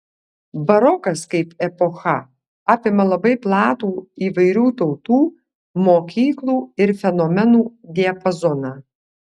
barokas kaip epocha apima labai platų įvairių tautų mokyklų ir fenomenų diapazoną